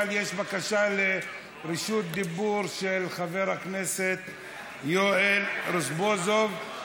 אבל יש בקשת רשות דיבור של חבר הכנסת יואל רזבוזוב.